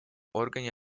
органе